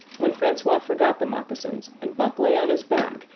when francois forgot the moccasins and buck lay on his back,